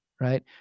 right